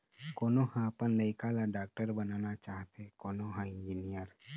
कोनो ह अपन लइका ल डॉक्टर बनाना चाहथे, कोनो ह इंजीनियर